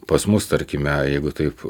pas mus tarkime jeigu taip